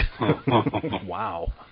Wow